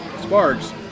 Sparks